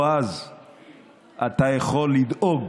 או אז אתה יכול לדאוג